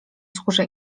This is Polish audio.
skórze